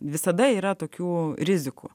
visada yra tokių rizikų